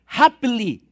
happily